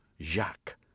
Jacques